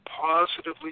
positively